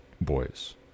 boys